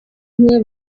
nke